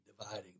dividing